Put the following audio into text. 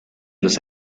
los